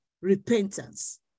repentance